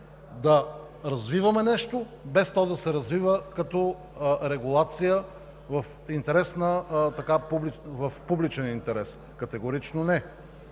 да развиваме нещо, без то да се развива като регулация в публичен интерес? Категорично не!